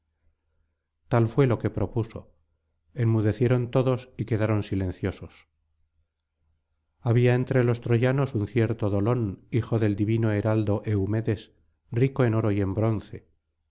tal fué lo que propuso enmudecieron todos y quedaron silenciosos había entre los troyanos un cierto dolón hijo del divino heraldo eumedes rico en oro y en bronce